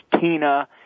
Tina